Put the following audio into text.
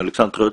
בשתי דקות